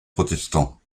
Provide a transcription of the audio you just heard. protestants